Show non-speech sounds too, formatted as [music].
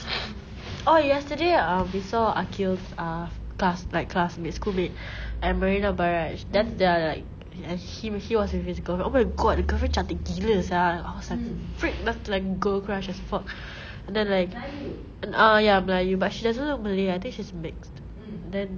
[noise] orh yesterday um we saw aqil ah class like classmates schoolmates at marina barrage then they're like h~ he was with his girlfriend oh my god the girlfriend cantik gila sia I was like freak look like girl crush as fuck and then like uh ya melayu but she doesn't look malay I think she's mixed then